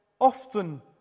often